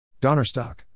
Donnerstock